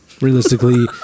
Realistically